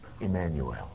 Emmanuel